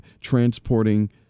transporting